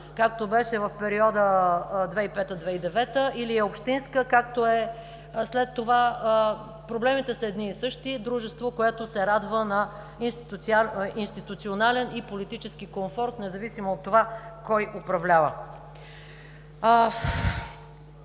както беше в периода 2005 – 2009 г., или общинска, както е след това, проблемите са едни и същи – това е дружество, което се радва на институционален и политически комфорт независимо от това кой управлява.